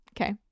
Okay